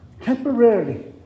Temporarily